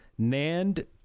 nand